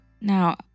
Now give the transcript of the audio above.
Now